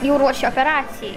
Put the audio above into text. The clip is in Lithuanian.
jau ruošė operacijai